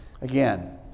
Again